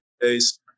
days